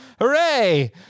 Hooray